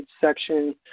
section